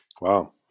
wow